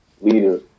leader